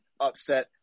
upset